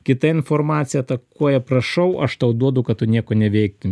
kita informacija atakuoja prašau aš tau duodu kad tu nieko neveiktum